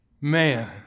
Man